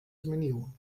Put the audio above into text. zmieniło